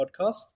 podcast